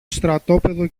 στρατόπεδο